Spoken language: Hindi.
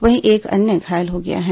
वहीं एक अन्य घायल हो गया है